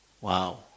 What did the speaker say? Wow